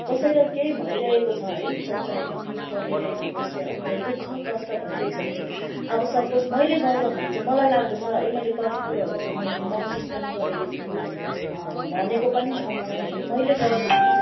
कसैलाई केही भइरहेको छ है चा चाहे पिर परिरहेको होस् या उसलाई दु ख कष्ट भइरहेको छ भने अब सपोज मैले गाउँदाखरि चाहिँ मलाई लाग्दछ है मैले कति कुरोहरूको मैले महसुस पनि गरेको छु भनेको पनि छ मलाई है मेले गाउँदाखरि चाहिँ